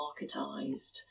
marketized